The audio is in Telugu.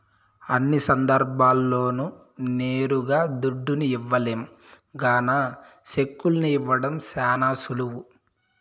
అన్ని సందర్భాల్ల్లోనూ నేరుగా దుడ్డుని ఇవ్వలేం గాన సెక్కుల్ని ఇవ్వడం శానా సులువు